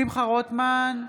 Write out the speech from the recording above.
שמחה רוטמן,